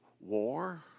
war